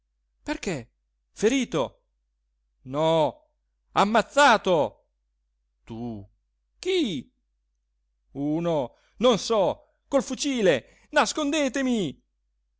perché ferito no ammazzato tu chi uno non so col fucile nascondetemi